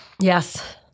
Yes